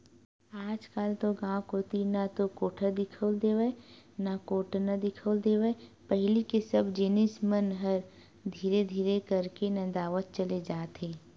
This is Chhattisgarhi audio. आजकल तो गांव कोती ना तो कोठा दिखउल देवय ना कोटना दिखउल देवय पहिली के सब जिनिस मन ह धीरे धीरे करके नंदावत चले जात हे